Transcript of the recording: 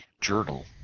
journal